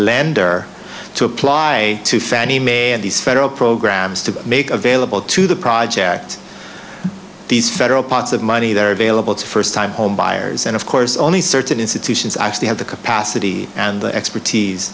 lender to apply to fannie mae and these federal programs to make available to the project these federal pots of money they're available to first time homebuyers and of course only certain institutions actually have the capacity and the expertise